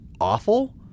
awful